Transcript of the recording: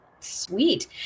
Sweet